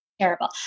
terrible